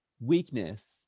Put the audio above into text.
weakness